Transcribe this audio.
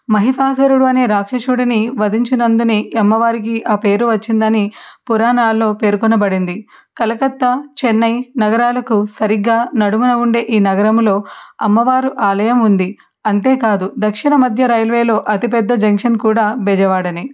మహిషాసురుడు అనే రాక్షసుడిని వధించినందునే ఈ అమ్మవారికి ఆ పేరు వచ్చిందని పురాణాల్లో పేర్కొనబడింది కలకత్తా చెన్నై నగరాలకు సరిగ్గా నడుమున ఉండే ఈ నగరంలో అమ్మవారు ఆలయం ఉంది అంతేకాదు దక్షిణ మధ్య రైల్వేలో అతిపెద్ద జంక్షన్ కూడా బెజవాడనే